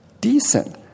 decent